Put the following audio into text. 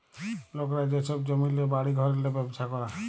লকরা যে ছব জমিল্লে, বাড়ি ঘরেল্লে ব্যবছা ক্যরে